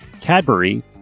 Cadbury